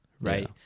right